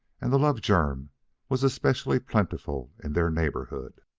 and the love-germ was especially plentiful in their neighborhood.